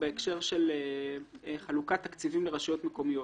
בהקשר של חלוקת תקציבים לרשויות מקומיות.